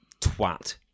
twat